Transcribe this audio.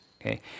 okay